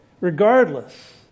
Regardless